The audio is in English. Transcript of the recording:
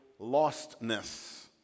lostness